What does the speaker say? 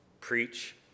preach